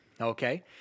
Okay